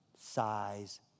size